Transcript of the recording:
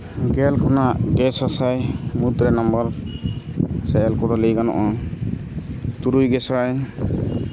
ᱜᱮᱞ ᱠᱷᱚᱱᱟᱜ ᱜᱮ ᱥᱟᱥᱟᱭ ᱢᱩᱫᱽᱨᱮ ᱱᱟᱢᱵᱟᱨ ᱥᱮ ᱮᱞ ᱠᱚᱫᱚ ᱞᱟᱹᱭ ᱜᱟᱱᱚᱜᱼᱟ ᱛᱩᱨᱩᱭ ᱜᱮᱥᱟᱭ